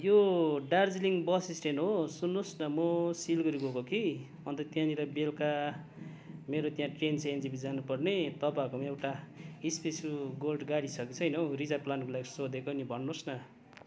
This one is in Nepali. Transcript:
यो दार्जिलिङ बस स्ट्यान्ड हो सुन्नुहोस् न म सिलगडी गएको कि अन्त त्यहाँनेर बेलुका मेरो त्यहाँ ट्रेन छ एनजेपी जानु पर्ने तपाईँहरूको पनि एउटा स्पेसियो गोल्ड गाडी छ कि छैन हो रिजर्भ लानुको लागि सोधेको नि भन्नुहोस् न